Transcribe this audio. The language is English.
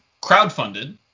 crowdfunded